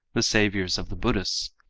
the saviours of the buddhists,